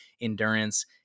endurance